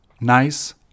nice